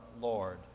Lord